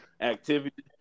activity